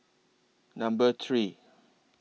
Number three